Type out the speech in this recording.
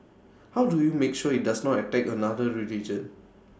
how do you make sure IT does not attack another religion